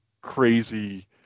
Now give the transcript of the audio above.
crazy